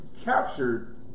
captured